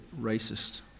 racist